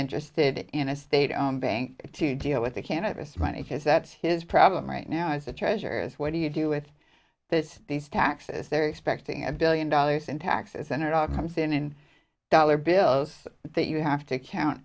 interested in a state owned bank to deal with the cannabis money because that's his problem right now is the treasure is what do you do with that these taxes they're expecting a billion dollars in taxes and it all comes in in dollar bills that you have to count